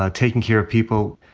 ah taking care of people.